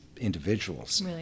individuals